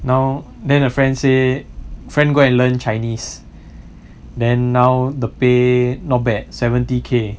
now then the friend say friend go and learn chinese then now the pay not bad seventy K